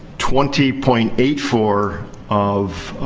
twenty point eight four of